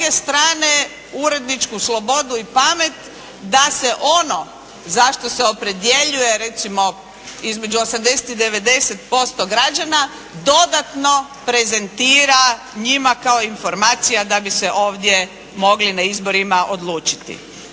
s druge strane uredničku slobodu i pamet da se ono za što se opredjeljuje recimo između 80 i 90% građana dodatno prezentira njima kao informacija da bi se ovdje mogli na izborima odlučiti.